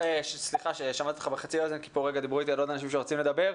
סליחה ששמעתי אותך בחצי אוזן כי דיברו אתי עוד אנשים שרוצים לדבר.